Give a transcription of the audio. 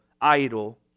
idle